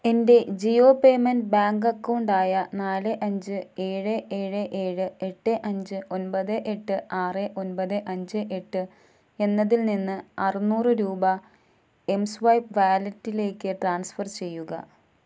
എൻ്റെ Jio payment bank account ആയ നാല് അഞ്ച് ഏഴ് ഏഴ് ഏഴ് എട്ട് അഞ്ച് ഒൻപത് എട്ട് ആറ് ഒൻപത് അഞ്ച് എട്ട് എന്നതിൽ നിന്ന് അറുനൂറ് രൂപ എംസ്വൈപ്പ് വാലറ്റിലേക്ക് ട്രാൻസ്ഫർ ചെയ്യുക